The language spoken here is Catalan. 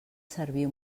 servir